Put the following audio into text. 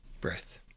breath